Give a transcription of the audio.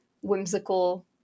whimsical